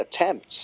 attempts